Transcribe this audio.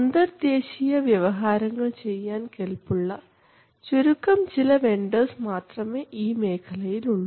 അന്തർദേശീയ വ്യവഹാരങ്ങൾ ചെയ്യാൻ കെൽപ്പുള്ള ചുരുക്കം ചില വെണ്ടർസ് മാത്രമേ ഈ മേഖലയിൽ ഉള്ളൂ